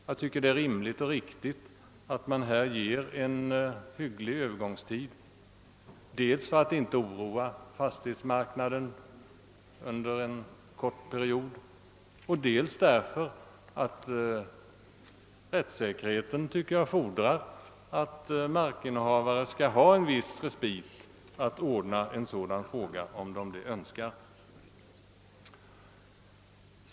Jag tycker det är riktigt och rimligt att man här medger en hygglig övergångstid, dels för att inte oroa fastighetsmarknaden under en kort period och dels därför att rättssäkerheten fordrar, tycker jag, att markinnehavare bör ha en viss respit för att kunna ordna en sådan sak, om de det önskar.